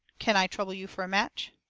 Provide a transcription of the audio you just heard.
can i trouble you for a match?